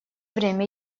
время